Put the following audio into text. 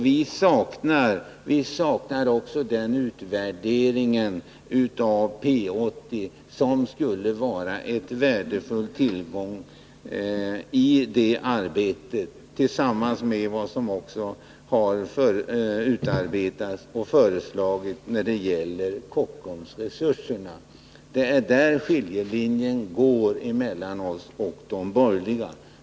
Vi saknar också en utvärdering av P 80, något som skulle vara en värdefull tillgång i det här arbetet tillsammans med vad som har utarbetats och föreslagits när det gäller Kockum Resurs. Det är där skiljelinjen går mellan oss och de borgerliga.